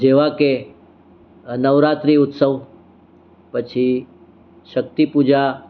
જેવા કે નવરાત્રિ ઉત્સવ પછી શક્તિ પૂજા